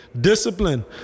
discipline